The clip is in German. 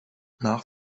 nach